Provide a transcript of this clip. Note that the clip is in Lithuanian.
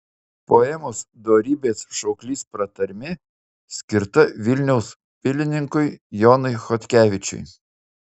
poemos dorybės šauklys pratarmė skirta vilniaus pilininkui jonui chodkevičiui